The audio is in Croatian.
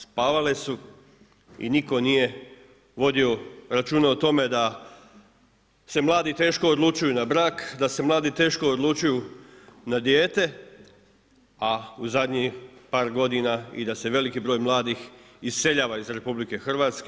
Spavale su i nitko nije vodio računa o tome da se mladi teško odlučuju na brak, da se mladi teško odlučuju na dijete, a u zadnjih par godina i da se veliki broj mladih iseljava iz RH.